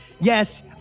Yes